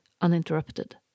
uninterrupted